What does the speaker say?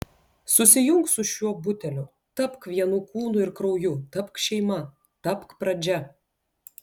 susijunk su šiuo buteliu tapk vienu kūnu ir krauju tapk šeima tapk pradžia